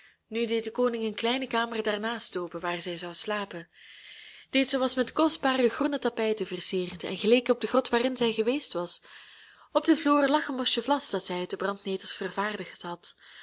nu deed de koning een kleine kamer daarnaast open waar zij zou slapen deze was met kostbare groene tapijten versierd en geleek op de grot waarin zij geweest was op den vloer lag een bosje vlas dat zij uit de brandnetels vervaardigd had